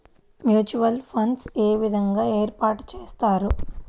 Mutual funds ఏ విధంగా ఏర్పాటు చేస్తారు?